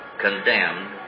condemned